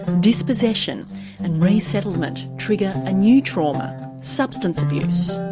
dispossession and resettlement trigger a new trauma substance abuse?